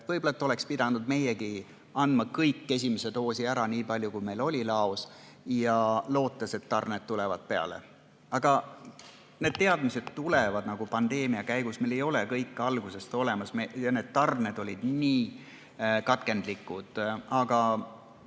Võib-olla oleks pidanud meiegi andma kõik esimesed doosid ära, nii palju kui meil laos oli, ja lootma, et tarned tulevad peale. Aga need teadmised tulevad pandeemia käigus, meil ei ole teadmisi olnud algusest peale olemas ja need tarned olid nii katkendlikud. Aga